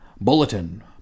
Bulletin